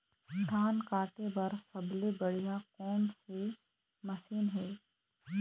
धान काटे बर सबले बढ़िया कोन से मशीन हे?